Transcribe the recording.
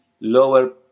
lower